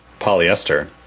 Polyester